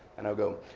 and i'll go,